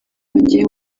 bagiye